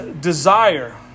desire